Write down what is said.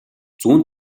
зүүн